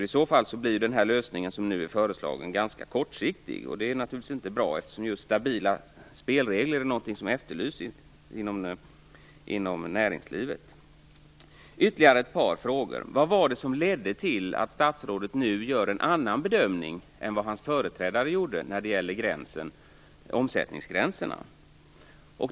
I så fall blir den lösning som nu är föreslagen ganska kortsiktig, och det är naturligtvis inte bra, eftersom just stabila spelregler är någonting som efterlyses inom näringslivet. Jag har ytterligare ett par frågor. Vad är det som har lett till att statsrådet nu gör en annan bedömning än den hans företrädare gjorde när det gäller omsättningsgränserna?